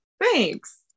Thanks